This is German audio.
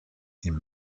ihm